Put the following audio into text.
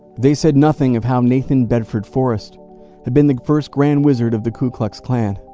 they said nothing of how nathan bedford forrest had been the first grand wizard of the ku klux klan.